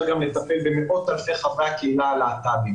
גם לטפל במאות אלפי חברי קהילת הלהט"ב.